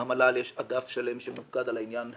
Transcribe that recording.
במל"ל יש אגף שלם שמופקד על העניין הזה,